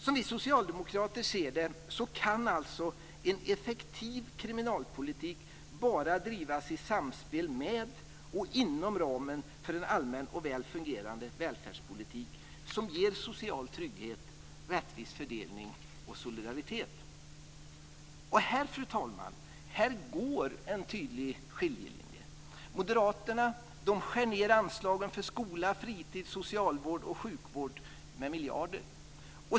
Som vi socialdemokrater ser det kan alltså en effektiv kriminalpolitik bara drivas i samspel med och inom ramen för en allmän och väl fungerande välfärdspolitik, som ger social trygghet, rättvis fördelning och solidaritet. Fru talman! Här går en tydlig skiljelinje. Moderaterna skär ned anslagen för skola, fritid, socialvård och sjukvård med miljarder.